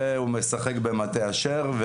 והוא משחק במטה אשר,